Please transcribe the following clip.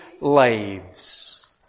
lives